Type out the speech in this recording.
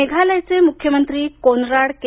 मेघालय मेघालयचे मुख्यमंत्री कोनराड के